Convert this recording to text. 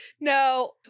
No